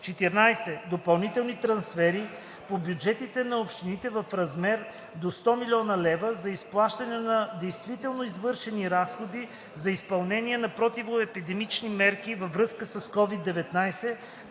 14. допълнителни трансфери по бюджетите на общините в размер до 100 000,0 хил. лв. за изплащане на действително извършени разходи за изпълнение на противоепидемични мерки във връзка с COVID-19